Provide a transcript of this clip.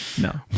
No